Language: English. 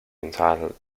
entitled